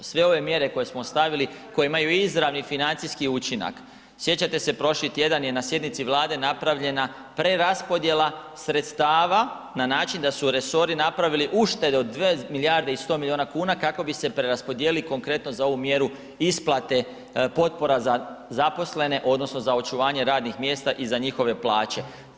Sve ove mjere koje smo stavili, koje imaju izravni financijski učinak, sjećate se, prošli tjedan je na sjednici Vlade napravljena preraspodjela sredstava na način da su resori napravili uštedu od 2 milijarde i 100 milijun kuna kako bi se preraspodijelili konkretno za ovu mjeru isplate potpora za zaposlene odnosno za očuvanje radnih mjesta i za njihove plaće.